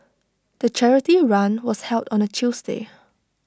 the charity run was held on A Tuesday